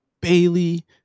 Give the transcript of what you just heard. Bailey